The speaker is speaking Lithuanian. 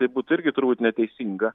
tai būtų irgi turbūt neteisinga